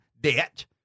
debt